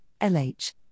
LH